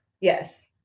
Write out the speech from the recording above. Yes